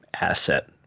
asset